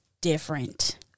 different